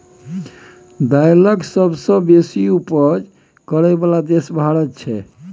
दाइल के सबसे बेशी उपज करइ बला देश भारत छइ